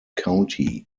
county